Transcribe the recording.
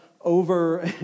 over